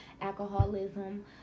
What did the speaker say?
alcoholism